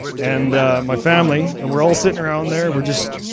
and my family and we're all sitting around there. we're just,